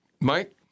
Mike